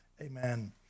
amen